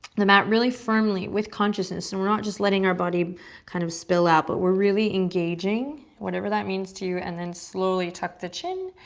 the mat really firmly with consciousness and we're not just letting our body kind of spill out, but really engaging, whatever that means to you. and then slowly tuck the chin,